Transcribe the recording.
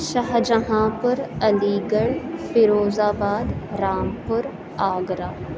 شاہجہاں پور Aligarh Firozabad Rampur Agra